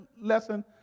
lesson